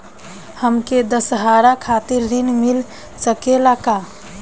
हमके दशहारा खातिर ऋण मिल सकेला का?